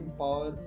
power